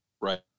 Right